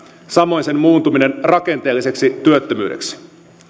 samoin sen muuntuminen rakenteelliseksi työttömyydeksi